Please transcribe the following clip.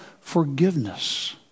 forgiveness